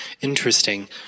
Interesting